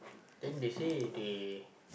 then they say they